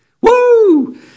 Woo